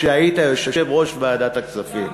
כשהיית יושב-ראש ועדת הכספים,